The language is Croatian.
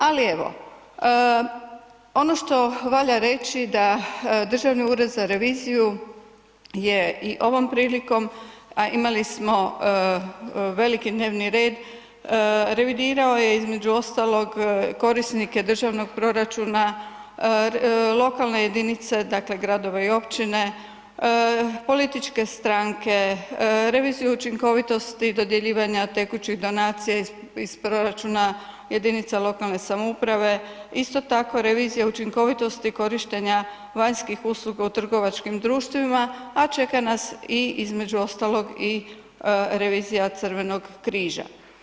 Ali evo, ono što valja reći da Državni ured za reviziju je i ovom prilikom a imali smo veliki dnevni red, revidirao je između ostalog korisnike državnog proračuna, lokalne jedinice, dakle gradove i općine, političke stranke, reviziju učinkovitosti dodjeljivanja tekućih donacija iz proračuna jedinica lokalne samouprave, isto tako revizija učinkovitosti korištenja vanjskih usluga u trgovačkim društvima a čeka nas i između ostalog i revizija Crvenog križa.